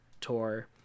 tour